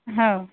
हो